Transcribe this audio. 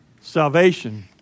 salvation